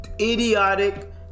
idiotic